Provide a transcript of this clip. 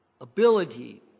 ability